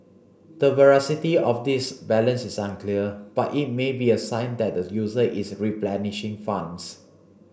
the veracity of this balance is unclear but it may be a sign that the user is replenishing funds